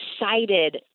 excited